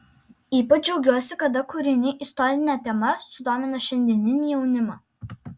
ypač džiaugiuosi kada kūriniai istorine tema sudomina šiandieninį jaunimą